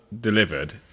delivered